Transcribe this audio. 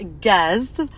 guest